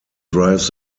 drive